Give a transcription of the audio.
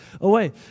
away